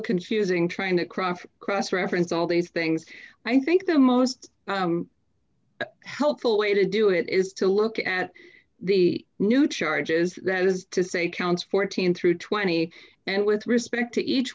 confusing trying to craft cross reference all these things i think the most helpful way to do it is to look at the new charges that is to say counts fourteen through twenty and with respect to each